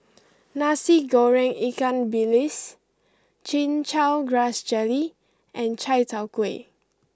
Nasi Goreng Ikan Bilis Chin Chow Grass Jelly and Chai Tow Kuay